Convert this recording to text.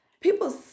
People